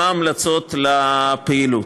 מה ההמלצות לפעילות.